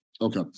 Okay